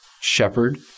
shepherd